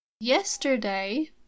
Yesterday